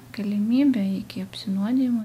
galimybę iki apsinuodijimo